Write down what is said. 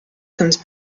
comes